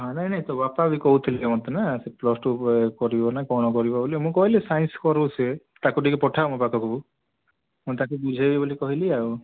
ହଁ ନାଇ ନାଇ ତୋ ବାପା ବି କହୁଥିଲେ ମୋତେ ନା ସେ ପ୍ଲସ୍ ଟୁ କରିବ ନା କଣ କରିବ ବୋଲି ମୁଁ କହିଲି ସାଇନ୍ସ କରୁ ସିଏ ତାକୁ ଟିକେ ପଠାଅ ମୋ ପାଖକୁ ମୁଁ ତାକୁ ବୁଝେଇବି ବୋଲି କହିଲି ଆଉ